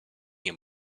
nie